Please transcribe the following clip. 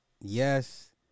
Yes